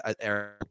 Eric